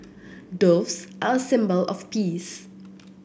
doves are a symbol of peace